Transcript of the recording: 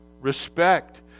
respect